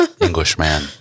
Englishman